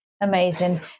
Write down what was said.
amazing